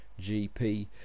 GP